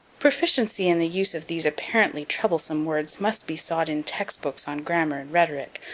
proficiency in the use of these apparently troublesome words must be sought in text-books on grammar and rhetoric,